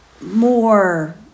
more